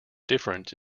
different